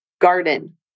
garden